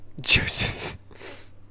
Joseph